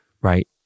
right